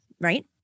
right